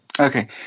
Okay